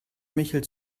michel